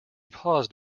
paused